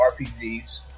rpgs